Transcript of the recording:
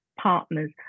partners